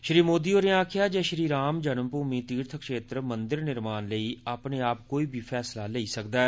श्री मोदी होरें आक्खेया जे श्री राम जन्मभूमि तीर्थ यात्रा मंदर निर्माण आस्तै अपने आप कोई बी फैसला लेई सकदा ऐ